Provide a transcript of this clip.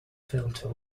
filter